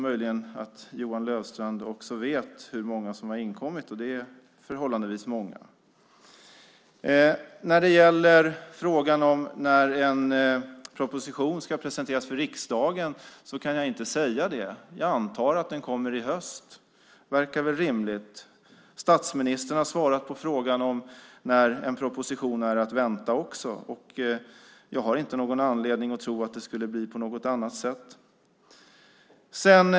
Möjligen vet Johan Löfstrand hur många som inkommit; det är förhållandevis många. När en proposition ska presenteras för riksdagen kan jag inte säga. Jag antar att den kommer i höst. Det verkar rimligt. Också statsministern har svarat på frågan när en proposition är att vänta, och jag har ingen anledning att tro att det skulle bli på något annat sätt.